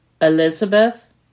Elizabeth